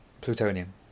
plutonium